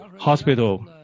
hospital